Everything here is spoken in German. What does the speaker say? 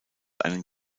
einen